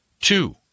Two